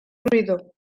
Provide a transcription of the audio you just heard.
ruido